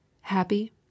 happy